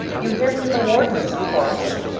you hear from the wardens, of course.